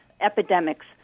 epidemics